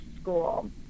School